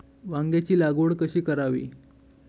वांग्यांची लागवड कशी करावी?